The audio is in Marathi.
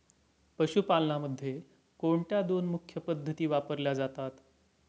पशुपालनामध्ये कोणत्या दोन मुख्य पद्धती वापरल्या जातात?